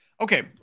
Okay